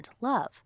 love